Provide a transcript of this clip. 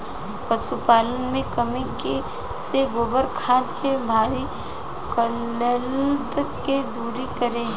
पशुपालन मे कमी से गोबर खाद के भारी किल्लत के दुरी करी?